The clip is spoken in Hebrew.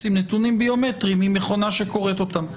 עם נתונים ביומטריים עם מכונה שקוראת אותם,